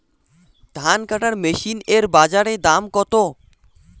ধান কাটার মেশিন এর বাজারে দাম কতো?